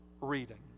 reading